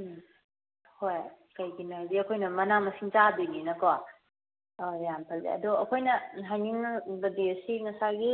ꯎꯝ ꯍꯣꯏ ꯀꯩꯒꯤꯅꯣ ꯍꯥꯏꯗꯤ ꯑꯩꯈꯣꯏꯅ ꯃꯅꯥ ꯃꯁꯤꯡ ꯆꯥꯗꯣꯏꯅꯤꯅꯀꯣ ꯌꯥꯝ ꯐꯖꯩ ꯑꯗꯣ ꯑꯩꯈꯣꯏꯅ ꯍꯥꯏꯅꯤꯡꯕꯗꯤ ꯁꯤ ꯉꯁꯥꯏꯒꯤ